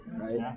right